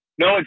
No